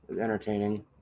Entertaining